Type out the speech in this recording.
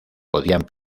podían